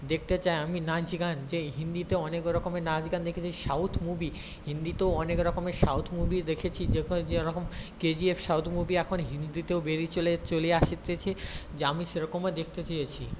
দেখতে চাই আমি নাচ গান যে হিন্দিতে অনেক রকমের নাচ গান দেখেছি সাউথ মুভি হিন্দিতেও অনেক রকমের সাউথ মুভি দেখেছি যখন যেরকম কেজিএফ সাউথ মুভি এখন হিন্দিতেও বেরিয়ে চলে চলে আসছে আমি সেরকমও দেখতে চেয়েছি